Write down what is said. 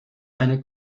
eine